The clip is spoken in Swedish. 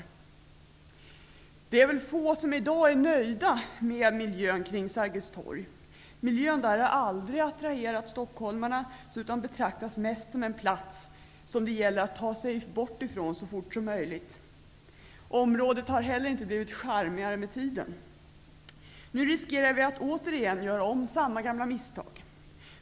Det är väl få som i dag är nöjda med miljön kring Sergels torg. Miljön där har aldrig attraherat stockholmarna utan betraktas mest som en plats som det gäller att ta sig bort ifrån så fort som möjligt. Området har inte heller blivit charmigare med tiden. Nu riskerar vi att återigen göra om samma gamla misstag.